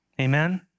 Amen